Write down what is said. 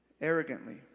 arrogantly